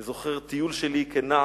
אני זוכר טיול שלי, כנער,